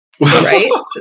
Right